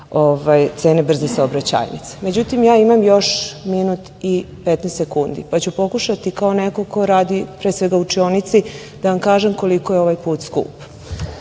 cene brze saobraćajnice.Međutim, ja imam još minut i 15 sekundi pa ću pokušati kao neko ko radi pre svega učionici da vam kažem koliko je ovaj put skup.